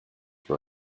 for